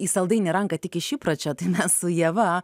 į saldainį ranką tik iš įpročio tai mes su ieva